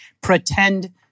pretend